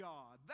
God